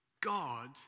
God